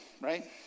right